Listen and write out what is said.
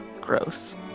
Gross